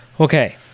Okay